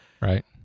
right